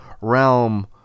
realm